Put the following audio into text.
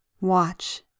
watch